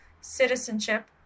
citizenship